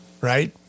Right